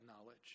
knowledge